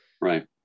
Right